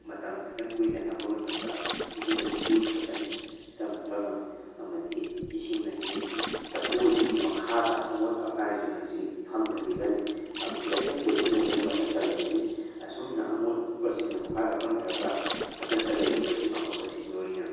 ꯃꯇꯝ ꯈꯤꯇꯪ ꯀꯨꯏꯅ ꯊꯝꯕ ꯃꯇꯝꯗ ꯏꯁꯤꯡ ꯑꯁꯤ ꯂꯨꯊꯔꯛꯀꯅꯤ ꯇꯞꯅ ꯇꯞꯅ ꯑꯃꯗꯤ ꯏꯁꯤꯡ ꯑꯁꯦ ꯆꯐꯨ ꯑꯁꯤꯒꯤ ꯃꯈꯥꯗ ꯑꯃꯣꯠ ꯑꯀꯥꯏꯁꯤꯡ ꯑꯁꯤ ꯐꯝꯊꯈꯤꯒꯅꯤ ꯑꯃꯗꯤ ꯑꯁꯦꯡꯕ ꯏꯁꯤꯡꯑꯗꯨꯅ ꯃꯊꯛꯇ ꯂꯩꯒꯅꯤ ꯑꯁꯨꯝꯅ ꯑꯃꯣꯠꯄꯁꯤꯡꯅ ꯃꯈꯥꯗ ꯐꯝꯊꯔꯒ ꯃꯊꯛꯇ ꯂꯩꯔꯤꯕ ꯑꯐꯕꯖꯤꯡꯗꯨ ꯑꯩꯅ